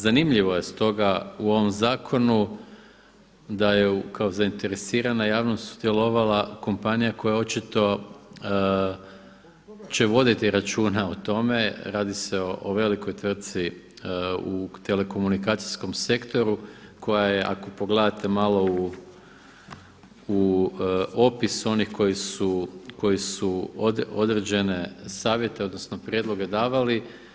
Zanimljivo je stoga u ovom zakonu da je kao zainteresirana javnost sudjelovala kompanija koja očito će voditi računa o tome, radi se o velikoj tvrci u telekomunikacijskom sektoru koja je ako pogledate malo u opisu onih koji su određene savjete odnosno prijedloge davali.